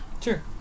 Sure